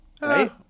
Right